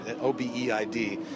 O-B-E-I-D